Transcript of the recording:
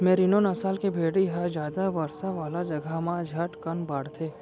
मेरिनों नसल के भेड़ी ह जादा बरसा वाला जघा म झटकन बाढ़थे